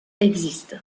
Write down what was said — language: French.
existent